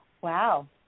Wow